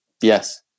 yes